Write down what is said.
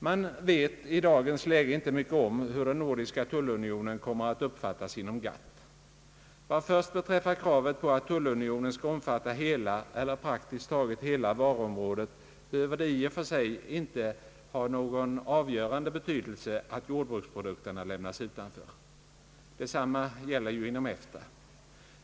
Man vet i dagens läge inte mycket om hur den nordiska tullunionen kommer att uppfattas inom GATT. Vad först beträffar kravet på att tullunionen skall omfatta hela eller praktiskt taget hela varuområdet behöver det inte i och för sig ha någon avgörande betydelse att = jordbruksprodukterna lämnas utanför. Detsamma gäller ju inom EFTA.